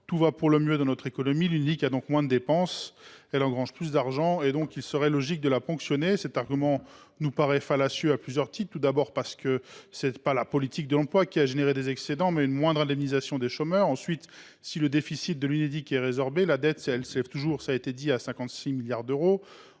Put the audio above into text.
tout va pour le mieux dans notre économie, l’Unédic a moins de dépenses et engrange plus d’argent, il est donc logique de la ponctionner. Cet argument nous paraît fallacieux à plusieurs titres. Tout d’abord, c’est non pas la politique de l’emploi qui a généré des excédents, mais une moindre indemnisation des chômeurs. Ensuite, si le déficit de l’Unédic est résorbé, la dette s’élève toujours à près de 56 milliards d’euros